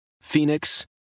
Phoenix